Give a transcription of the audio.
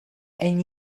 and